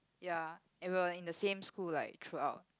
ya and we're in the same school like throughout